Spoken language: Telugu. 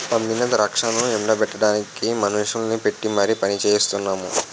పండిన ద్రాక్షను ఎండ బెట్టడానికి మనుషుల్ని పెట్టీ మరి పనిచెయిస్తున్నాము